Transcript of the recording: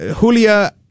Julia